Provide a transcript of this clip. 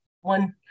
one